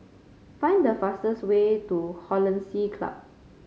find the fastest way to Hollandse Club